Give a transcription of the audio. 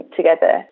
together